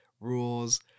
rules